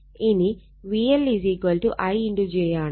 ഇനി VLI j ആണ്